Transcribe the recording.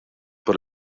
por